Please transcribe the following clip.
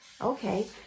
Okay